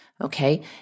Okay